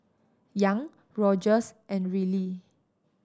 Young Rogers and Reilly